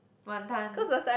wanton